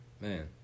Man